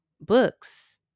books